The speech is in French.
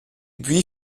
buis